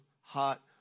hot